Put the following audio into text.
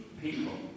people